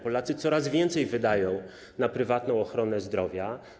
Polacy coraz więcej wydają na prywatną ochronę zdrowia.